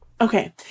Okay